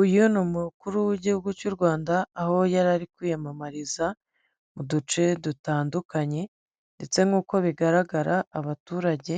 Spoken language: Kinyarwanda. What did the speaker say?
Uyu ni umukuru w'igihugu cy'u Rwanda aho yari ari kwiyamamariza mu duce dutandukanye ndetse nk'uko bigaragara abaturage